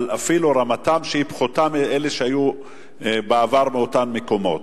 רמתם פחותה לעומת אלה שהיו בעבר באותם מקומות.